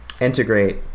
integrate